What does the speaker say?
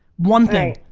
one thing.